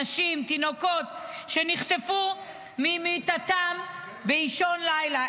נשים ותינוקות שנחטפו ממיטתם באישון לילה.